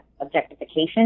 objectification